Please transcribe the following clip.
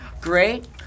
Great